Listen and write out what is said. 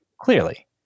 Clearly